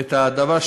את הדבר,